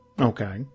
Okay